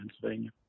Pennsylvania